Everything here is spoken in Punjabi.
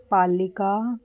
ਪਾਲਿਕਾ